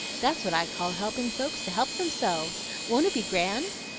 that's what i call helping folks to help themselves. won't it be grand?